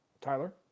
Tyler